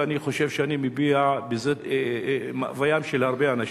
ואני חושב שאני מביע בזה את המאוויים של הרבה אנשים,